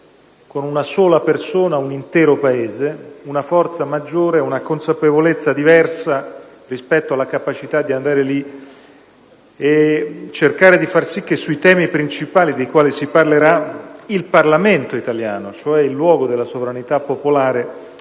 con una sola persona un intero Paese - una forza maggiore, una consapevolezza diversa rispetto alla capacità di far sì che sui temi principali dei quali si parlerà il Parlamento italiano, cioè il luogo della sovranità popolare,